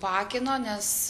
paakino nes